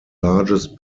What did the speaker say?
largest